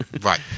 right